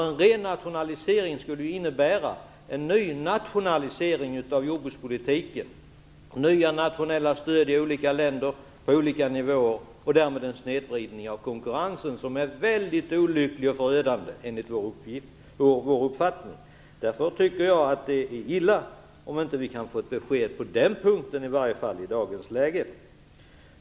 En renationalisering skulle ju innebära en ny nationalisering av jordbrukspolitiken, nya nationella stöd i olika länder på olika nivåer och därmed en snedvridning av konkurrensen, vilket vore väldigt olyckligt och förödande enligt vår uppfattning. Därför tycker jag att det vore illa om vi i dag inte kan få ett besked i alla fall på den punkten.